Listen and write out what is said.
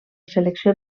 selecció